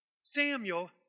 Samuel